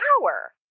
power